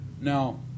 now